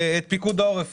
יש פיקוד העורף.